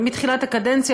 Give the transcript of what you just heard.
מתחילת הקדנציה,